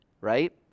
right